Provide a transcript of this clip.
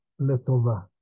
Letova